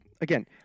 again